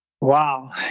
Wow